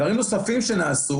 דברים נוספים שנעשו